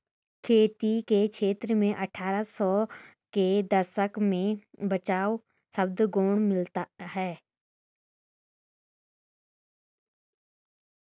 खेती के क्षेत्र में अट्ठारह सौ के दशक में बचाव शब्द गौण मिलता है